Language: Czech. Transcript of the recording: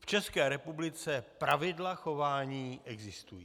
V České republice pravidla chování existují.